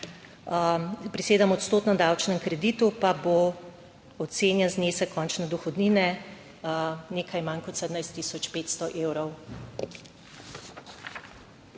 Pri sedem odstotnem davčnem kreditu pa bo ocenjen znesek končne dohodnine nekaj manj kot 17 tisoč 500 evrov.